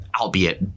albeit